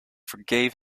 forgave